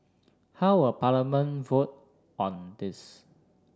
how will Parliament vote on this